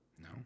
no